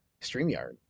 StreamYard